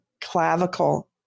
clavicle